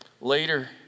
Later